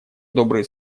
добрые